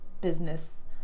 business